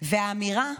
והאמירה: